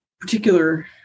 particular